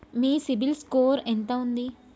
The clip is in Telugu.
మీ సిబిల్ స్కోర్ ఎంత ఉంది?